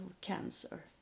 cancer